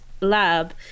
lab